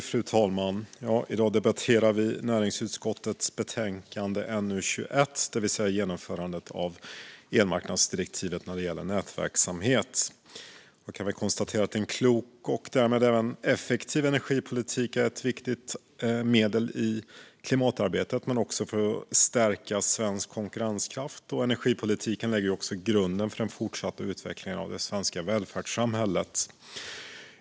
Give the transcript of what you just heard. Fru talman! I dag debatterar vi näringsutskottets betänkande NU21 Genomförande av elmarknadsdirektivet när det gäller nätverksamhet . En klok och därmed effektiv energipolitik är ett viktigt medel i klimatarbetet men också för att stärka svensk konkurrenskraft. Energipolitiken lägger också grunden för den fortsatta utvecklingen av det svenska välfärdssamhället. Fru talman!